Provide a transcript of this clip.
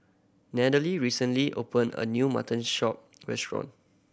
Natalee recently opened a new mutton shop restaurant